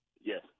Yes